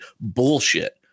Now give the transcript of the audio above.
bullshit